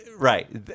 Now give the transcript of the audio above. Right